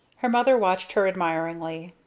her mother watched her admiringly.